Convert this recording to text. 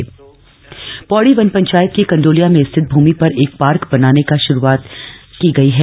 Kandobia park Pauri वन पंचायत की कंडोलिया में स्थित भूमि पर एक पार्क बनाने का शुरुआत की गई है